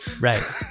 Right